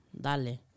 dale